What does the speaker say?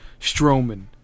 Strowman